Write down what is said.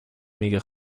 میگه